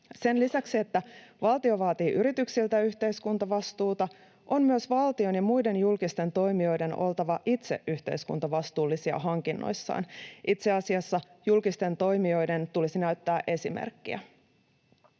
Sen lisäksi, että valtio vaatii yrityksiltä yhteiskuntavastuuta, on myös valtion ja muiden julkisten toimijoiden oltava itse yhteiskuntavastuullisia hankinnoissaan. Itse asiassa julkisten toimijoiden tulisi näyttää esimerkkiä.